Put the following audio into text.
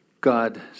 God